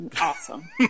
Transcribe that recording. Awesome